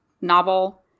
novel